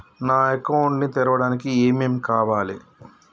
నా అకౌంట్ ని తెరవడానికి ఏం ఏం కావాలే?